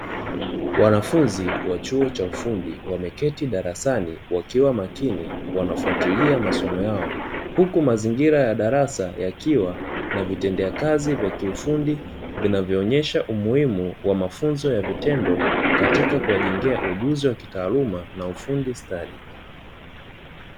Wanafunzi wa chuo cha ufundi, wameketi darasani wakiwa makini wanafuatilia masomo yao, huku mazingira ya darasa yakiwa na vitendea kazi vya kiufundi vinavyoonyesha umuhimu wa mafunzo ya vitendo katika kuwajengea ujuzi wa kitaaluma na ufundi stadi.